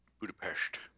Budapest